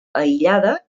aïllada